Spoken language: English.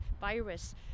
virus